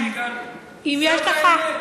ולכן הגענו לאן שהגענו.